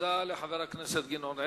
תודה לחבר הכנסת גדעון עזרא.